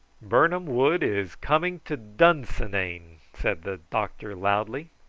birnam wood is coming to dunsinane, said the doctor loudly.